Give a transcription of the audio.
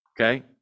okay